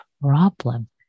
problem